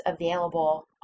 available